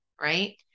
right